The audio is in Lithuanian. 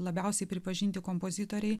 labiausiai pripažinti kompozitoriai